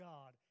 God